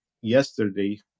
yesterday